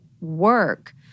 work